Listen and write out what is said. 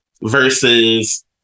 versus